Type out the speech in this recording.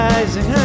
Rising